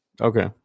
Okay